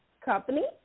company